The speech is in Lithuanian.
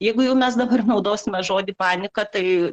jeigu jau mes dabar naudosime žodį panika tai